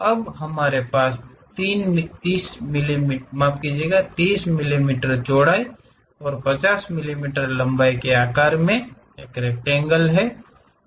अब हमारे पास 30 मिमी चौड़ाई और 50 मिमी लंबाई में आकार की एक रेक्टेंगल है